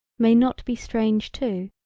may not be strange to.